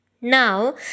Now